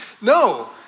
No